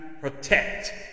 protect